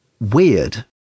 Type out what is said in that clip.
weird